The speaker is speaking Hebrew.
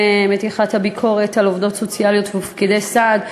של מתיחת הביקורת על עובדות סוציאליות ופקידי סעד.